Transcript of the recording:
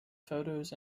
photos